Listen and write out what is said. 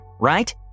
right